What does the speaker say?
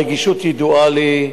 הרגישות ידועה לי,